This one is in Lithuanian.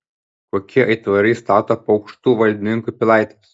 kokie aitvarai stato aukštų valdininkų pilaites